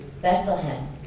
Bethlehem